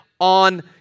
on